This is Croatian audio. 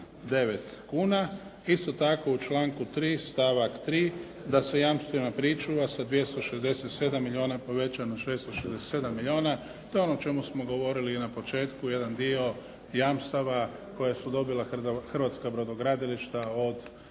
729 kuna. Isto tako, u članku 3. stavak 3. da se jamstvena pričuva sa 267 milijuna poveća na 667 milijuna. To je ono o čemu smo govorili i na početku, jedan dio jamstava koja su dobila hrvatska brodogradilišta od